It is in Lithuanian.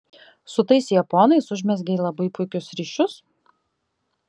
su tais japonais užmezgei labai puikius ryšius